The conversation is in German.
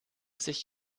sich